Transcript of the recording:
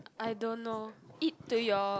I don't know eat to your